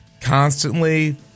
constantly